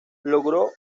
logró